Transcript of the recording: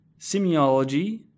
semiology